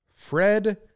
Fred